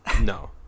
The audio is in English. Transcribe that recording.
No